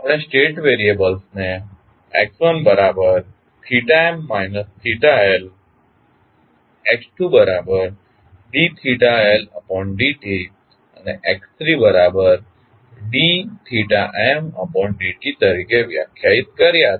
આપણે સ્ટેટ વેરીએબલ્સને x1tmt Lt x2td Ltd t અને x3td md t તરીકે વ્યાખ્યાયિત કર્યા છે